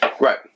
Right